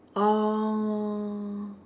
oh